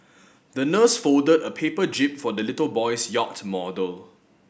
the nurse folded a paper jib for the little boy's yacht model